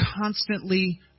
constantly